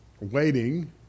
waiting